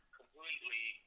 completely